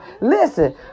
Listen